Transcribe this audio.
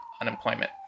unemployment